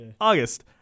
august